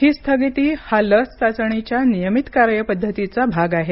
ही स्थगिती हा लस चाचणीच्या नियमित कार्यपद्धतीचा भाग आहे